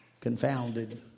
confounded